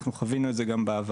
אנחנו חווינו את זה גם בעבר.